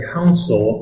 Council